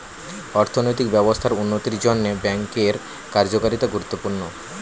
অর্থনৈতিক ব্যবস্থার উন্নতির জন্যে ব্যাঙ্কের কার্যকারিতা গুরুত্বপূর্ণ